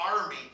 army